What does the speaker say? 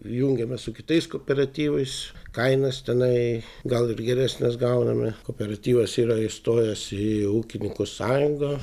jungiame su kitais kooperatyvais kainas tenai gal ir geresnes gauname kooperatyvas yra įstojęs į ūkininkų sąjungą